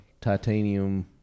titanium